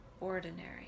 ordinary